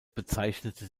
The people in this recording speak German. bezeichnete